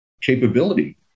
capability